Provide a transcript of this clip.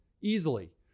easily